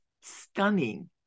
stunning